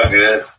good